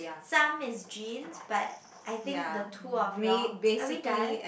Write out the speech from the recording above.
some is genes but I think the two of you all are we done